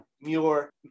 Muir